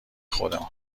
خودمان